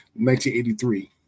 1983